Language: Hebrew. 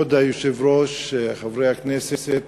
כבוד היושב-ראש, חברי הכנסת,